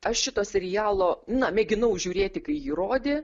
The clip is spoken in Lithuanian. aš šito serialo na mėginau žiūrėti kai jį rodė